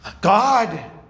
God